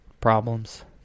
problems